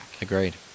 Agreed